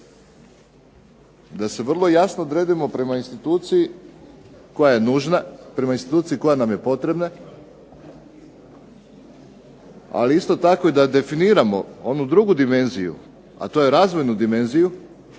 DA se vrlo jasno odredimo prema instituciji koja je nužna, koja nam je potrebna, ali isto tako da definiramo onu drugu dimenziju a to je razvojnu dimenziju